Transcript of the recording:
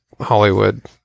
Hollywood